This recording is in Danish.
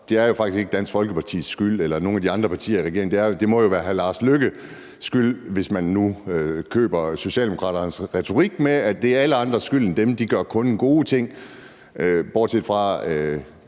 det er jo faktisk ikke Dansk Folkepartis skyld eller nogle af de andre partier i regeringen. Det må jo være hr. Lars Løkke Rasmussens skyld, hvis man nu køber Socialdemokraternes retorik med, at det er alle andres skyld end deres, og at de kun gør gode ting.